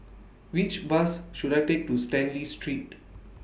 Which Bus should I Take to Stanley Street